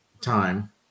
time